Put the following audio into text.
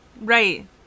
Right